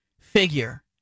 figure